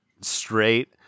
straight